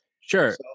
Sure